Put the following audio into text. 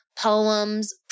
poems